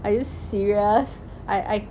are you serious I I